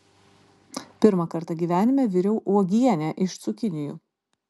pirmą kartą gyvenime viriau uogienę iš cukinijų